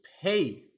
pay